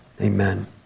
Amen